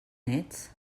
ets